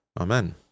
Amen